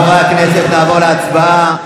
חברי הכנסת, נעבור להצבעה.